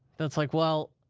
it's like, well,